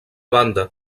banda